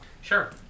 Sure